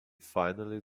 finally